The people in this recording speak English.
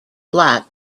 black